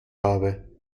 habe